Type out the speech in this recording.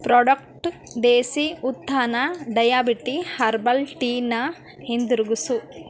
product Desi Utthan diabetic herbal ಟೀನ ಹಿಂದಿರುಗಿಸು